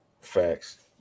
Facts